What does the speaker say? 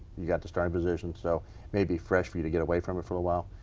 you've got the starting position. so maybe fresh for you to get away from it for awhile.